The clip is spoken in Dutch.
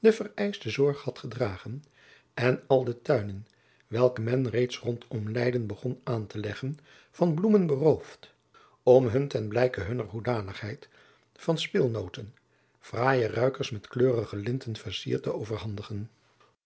vereischte zorg had gedragen en al de tuinen welke men reeds rondom leyden begon aan te leggen van bloemen beroofd om hun ten blijke hunner hoedanigheid van speelnooten fraaie ruikers met kleurige linten vercierd te overhandigen